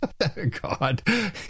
God